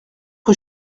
rue